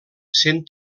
sent